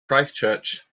christchurch